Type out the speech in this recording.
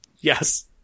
yes